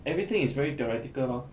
everything is very theoretical lor